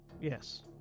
yes